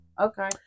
Okay